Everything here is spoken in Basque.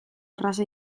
erraza